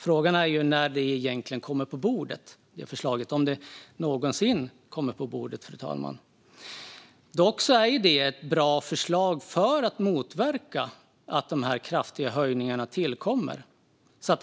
Frågan är ju när förslaget egentligen kommer upp på bordet - om det någonsin kommer upp på bordet, fru talman. Dock är det ett bra förslag för att motverka att dessa kraftiga höjningar tillkommer.